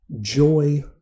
joy